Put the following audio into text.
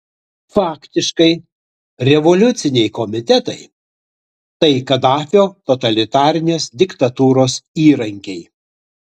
faktiškai revoliuciniai komitetai tai kadafio totalitarinės diktatūros įrankiai